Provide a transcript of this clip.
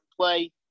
play